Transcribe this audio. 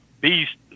beast